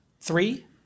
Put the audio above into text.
Three